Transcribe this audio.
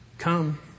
come